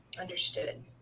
Understood